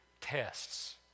tests